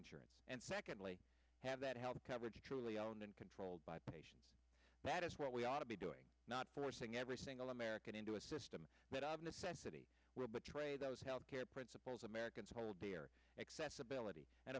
insurance and secondly have that health coverage truly owned and controlled by patients that is what we ought to be doing not forcing every single american into a system that of necessity will betray those health care principles americans hold their accessibility and